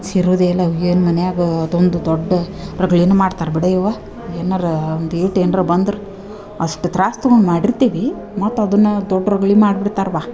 ಸಿರುದೆಯೆಲ್ಲ ಏನು ಮನೆಯಾಗಾ ಅದೊಂದು ದೊಡ್ಡ ರಗಳೆನ ಮಾಡ್ತರೆ ಬಿಡೆಯವ್ವ ಏನಾರಾ ಒಂದೀಟ್ ಏನ್ರ ಬಂದ್ರ ಅಷ್ಟು ತ್ರಾಸ ತುಮ್ ಮಾಡಿರ್ತೀವಿ ಮತ್ತು ಅದನ್ನ ದೊಡ್ಡ ರಗಳೆ ಮಾಡ್ಬಿಡ್ತರವ್ವ